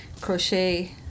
Crochet